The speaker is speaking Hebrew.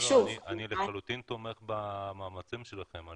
אני לחלוטין תומך במאמצים שלכם.